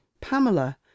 pamela